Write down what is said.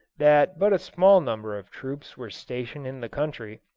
that but a small number of troops were stationed in the country,